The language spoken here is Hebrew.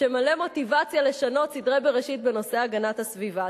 מלא מוטיבציה לשנות סדרי בראשית בנושא הגנת הסביבה.